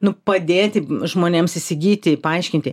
nu padėti žmonėms įsigyti paaiškinti